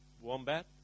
wombat